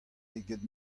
eget